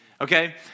okay